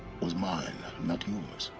was mine, not yours